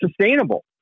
sustainable